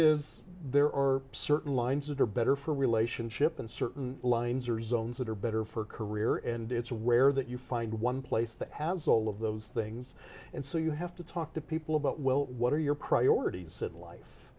is there are certain lines that are better for a relationship and certain lines or zones that are better for a career and it's rare that you find one place that has all of those things and so you have to talk to people about well what are your priorities in life